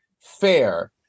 Fair